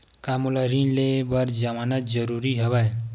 का मोला ऋण ले बर जमानत जरूरी हवय?